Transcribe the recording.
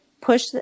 push